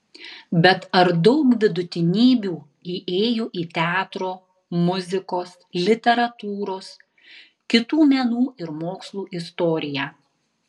bet ar daug vidutinybių įėjo į teatro muzikos literatūros kitų menų ir mokslų istoriją